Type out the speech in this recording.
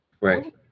Right